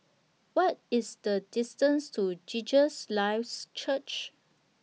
What IS The distance to Jesus Lives Church